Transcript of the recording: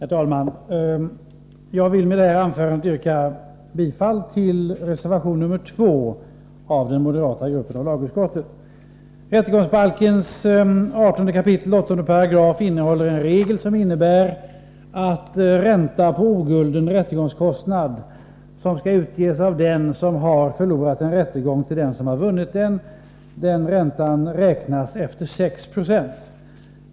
Herr talman! Jag vill i det här anförandet yrka bifall till reservation nr 2 av Rättegångsbalken 18 kap. 8 § innehåller en regel som innebär att ränta på ogulden rättegångskostnad som av den som har förlorat en rättegång skall utges till den som har vunnit den beräknas efter 6 96.